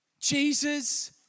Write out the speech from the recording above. Jesus